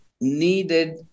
needed